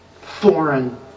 Foreign